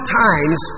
times